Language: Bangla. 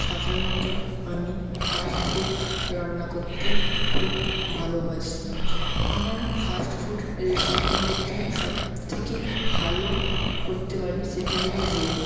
সাধারণত আমি ফাস্ট ফুড রান্না করতে খুব ভালোবাসি আমার ফাস্ট ফুড রেসিপির মধ্যে সব থেকে ভালো করতে পারি সেটি হলো রোল